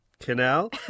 Canal